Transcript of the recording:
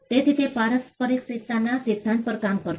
તેથી તે પારસ્પરિકતાના સિદ્ધાંત પર કામ કરશે